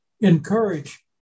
encourage